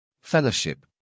fellowship